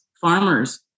farmers